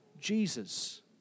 Jesus